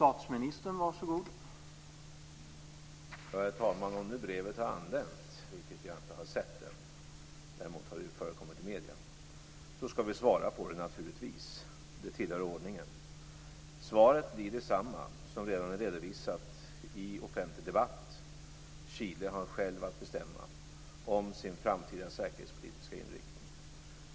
Herr talman! Om nu brevet har anlänt, vilket jag ännu inte har sett, däremot har det förekommit i medierna, skall vi naturligtvis svara på det, det tillhör ordningen. Svaret blir detsamma som redan är redovisat i offentlig debatt: Chile har självt att bestämma om sin framtida säkerhetspolitiska inriktning.